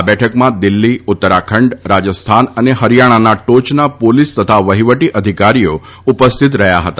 આ બેઠકમાં દિલ્હી ઉત્તરાખંડ રાજસ્થાન અને હરિયાણાના ટોચના પોલીસ તથા વહીવટી અધિકારીઓ ઉપસ્થિત રહ્યા હતા